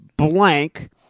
blank